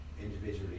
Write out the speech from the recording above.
individually